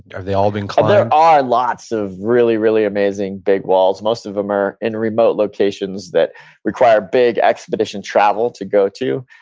they all been climbed? there are lots of really really amazing big walls. most of them are in remote locations that require big expedition travel to go to.